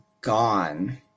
gone